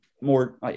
more –